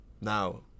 Now